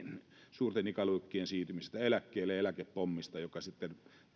suurten ikäluokkien siirtymisestä eläkkeelle ja eläkepommista joka sitten